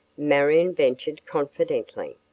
marion ventured confidently.